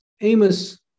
Amos